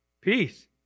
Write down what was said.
Peace